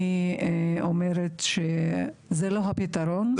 אני אומרת שזה לא הפתרון.